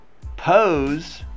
pose